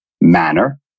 manner